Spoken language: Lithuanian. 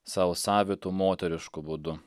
sau savitu moterišku būdu